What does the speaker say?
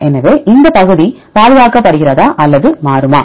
எனவே இந்த பகுதி பாதுகாக்கப்படுகிறதா அல்லது மாறுமா